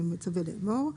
אני מצווה לאמור: